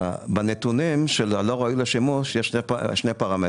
בנתונים של לא ראויים לשימוש יש שני פרמטרים.